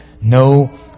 No